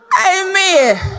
Amen